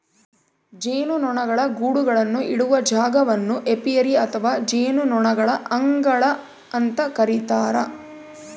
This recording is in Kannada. ಜೇನುನೊಣಗಳ ಗೂಡುಗಳನ್ನು ಇಡುವ ಜಾಗವನ್ನು ಏಪಿಯರಿ ಅಥವಾ ಜೇನುನೊಣಗಳ ಅಂಗಳ ಅಂತ ಕರೀತಾರ